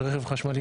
יש רכב חשמלי,